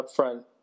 Upfront